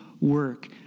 work